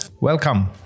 Welcome